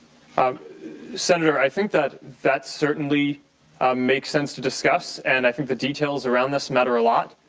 um senator, i think that that certainly makes sense to discuss and i think the details around this matter a lot.